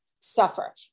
suffer